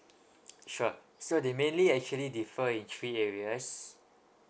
sure so they mainly actually differ in three areas